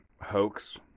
hoax